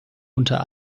unter